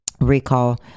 recall